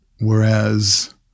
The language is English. Whereas